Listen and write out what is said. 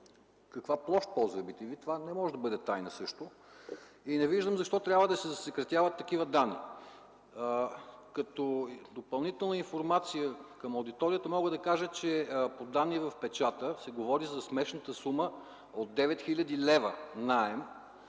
каква площ ползва bTV. Това също не може да бъде тайна. И не виждам защо трябва да се засекретяват такива данни. Като допълнителна информация към аудиторията мога да кажа, че по данни в печата се говори за смешната сума от 9 хил. лв. наем,